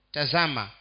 Tazama